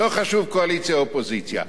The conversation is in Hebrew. לא חשוב קואליציה, אופוזיציה.